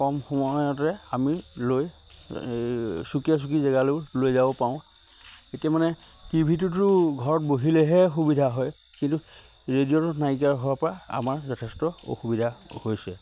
কম সময়তে আমি লৈ সুকীয়া সুকীয়া জেগালেও লৈ যাব পাৰোঁ এতিয়া মানে টিভিটোতো ঘৰত বহিলেহে সুবিধা হয় কিন্তু ৰেডিঅ'টো নাইকিয়া হোৱাৰ পৰা আমাৰ যথেষ্ট অসুবিধা হৈছে